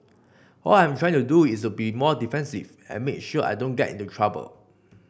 all I am trying to do is be more defensive and make sure I don't get into trouble